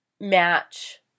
match